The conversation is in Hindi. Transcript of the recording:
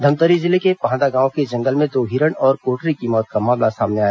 धमतरी जिले के पाहंदा गांव के जंगल में दो हिरण और कोटरी की मौत होने का मामला सामने आया